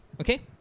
Okay